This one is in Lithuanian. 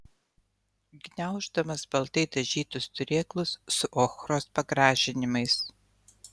gniauždamas baltai dažytus turėklus su ochros pagražinimais